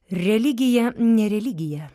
religija ne religija